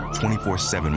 24-7